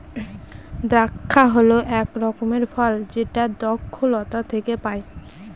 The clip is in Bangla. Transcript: দ্রাক্ষা হল এক রকমের ফল যেটা দ্রক্ষলতা থেকে পায়